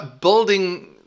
building